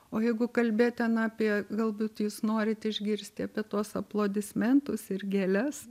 o jeigu kalbėt ten apie galbūt jūs norit išgirsti apie tuos aplodismentus ir gėles